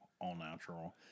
all-natural